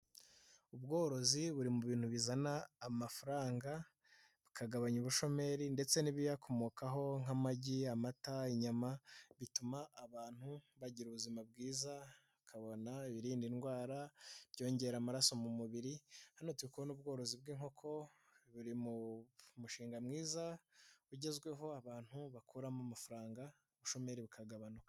Ubworozi buri mu bintu bizana amafaranga bikagabanya ubushomeri ndetse n'ibiyakomokaho nk'amagi, amata, inyama bituma abantu bagira ubuzima bwiza bakabona ibirinda indwara, ibyongera amaraso mu mubiri, hano turi kuhabona ubworozi bw'inkoko buri mu mushinga mwiza ugezweho abantu bakuramo amafaranga ubushomeri bukagabanuka.